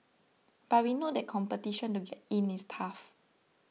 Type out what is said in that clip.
but we know that competition to get in is tough